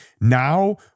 now